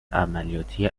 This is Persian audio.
عملیاتی